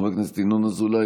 חבר הכנסת ינון אזולאי,